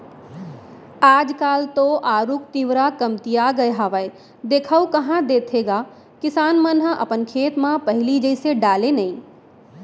आज काल तो आरूग तिंवरा कमतिया गय हावय देखाउ कहॉं देथे गा किसान मन ह अपन खेत म पहिली जइसे डाले नइ